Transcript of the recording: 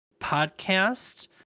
podcast